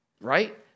right